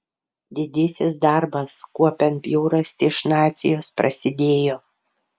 didysis darbas kuopiant bjaurastį iš nacijos prasidėjo